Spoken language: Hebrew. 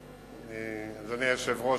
אדוני היושב-ראש,